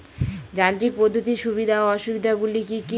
যান্ত্রিক পদ্ধতির সুবিধা ও অসুবিধা গুলি কি কি?